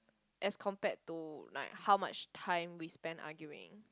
as compared to like how much time we spend arguing